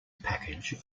package